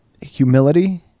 humility